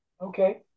okay